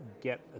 get